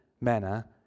manner